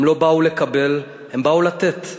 הם לא באו לקבל, הם באו לתת.